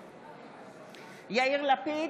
בעד יאיר לפיד,